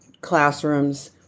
classrooms